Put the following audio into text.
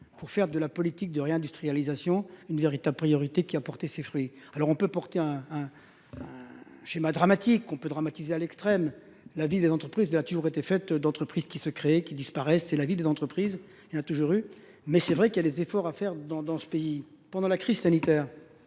pour faire de la politique de réindustrialisation une véritable priorité qui a porté ses fruits. Alors on peut porter un schéma dramatique qu'on peut dramatiser à l'extrême. La vie des entreprises a toujours été faite d'entreprises qui se créent, qui disparaissent. C'est la vie des entreprises, il y en a toujours eu. Mais c'est vrai qu'il y a des efforts à faire dans ce pays. Pendant la crise sanitaire,